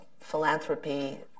Philanthropy